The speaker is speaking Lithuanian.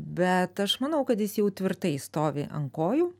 bet aš manau kad jis jau tvirtai stovi ant kojų